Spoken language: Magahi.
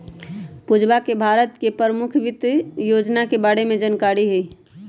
पूजा के भारत के परमुख वित योजना के बारे में जानकारी हई